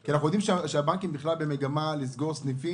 כי אנחנו יודעים שהמגמה של הבנקים היא לסגור סניפים.